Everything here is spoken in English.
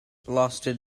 lasted